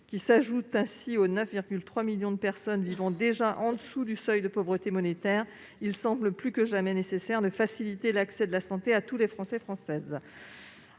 qui s'ajoutent ainsi aux 9,3 millions de personnes vivant déjà en dessous du seuil de pauvreté monétaire, il semble plus que jamais nécessaire de faciliter l'accès à la santé de tous nos concitoyens.